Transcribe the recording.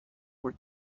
were